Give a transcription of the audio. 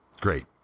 Great